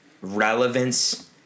relevance